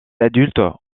adultes